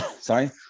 sorry